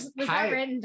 hi